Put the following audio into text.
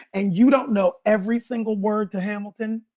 and you don't know every single word to hamilton.